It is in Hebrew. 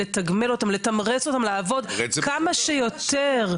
לתגמל אותן לתמרץ אותן לעבוד כמה שיותר.